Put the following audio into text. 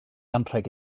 anrheg